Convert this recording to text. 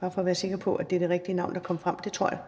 bare for at være sikker på, at det er det rigtige navn, der kommer frem. Så er det